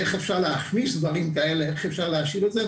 איך אפשר להכניס דברים כאלה.